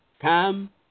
come